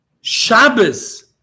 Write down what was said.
Shabbos